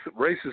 racist